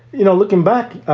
you know, looking back.